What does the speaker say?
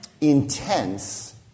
intense